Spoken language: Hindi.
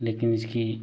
लेकिन इसकी